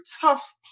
tough